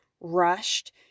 rushed